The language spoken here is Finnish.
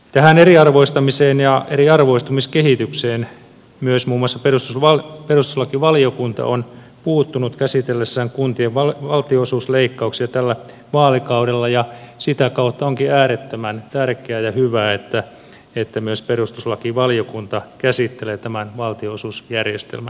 tähän eriarvoistamiseen ja eriarvoistumiskehitykseen myös muun muassa perustuslakivaliokunta on puuttunut käsitellessään kuntien valtionosuusleikkauksia tällä vaalikaudella ja sitä kautta onkin äärettömän tärkeä ja hyvä että myös perustuslakivaliokunta käsittelee tämän valtionosuusjärjestelmän uudistuksen